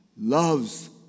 loves